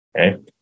Okay